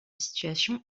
situation